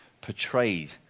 portrayed